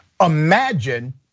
Imagine